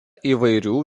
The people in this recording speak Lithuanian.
įvairių